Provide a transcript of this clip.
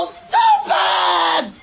stupid